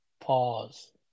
Pause